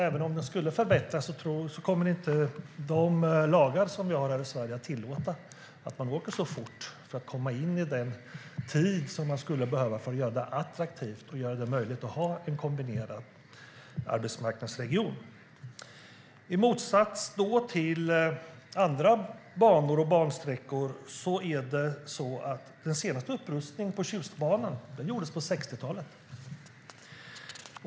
Även om den skulle förbättras kommer inte de lagar som vi har här i Sverige att tillåta att man åker så fort man skulle behöva för att komma ned i den tid som krävs för att göra det attraktivt och möjligt att ha en kombinerad arbetsmarknadsregion. I motsats till andra banor och bansträckor gjordes den senaste upprustningen på Tjustbanan på 60-talet.